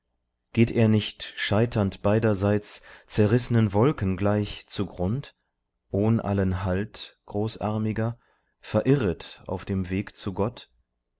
geht er nicht scheiternd beiderseits zerrißnen wolken gleich zugrund ohn allen halt großarmiger verirret auf dem weg zu gott